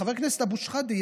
חבר הכנסת אבו שחאדה,